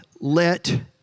let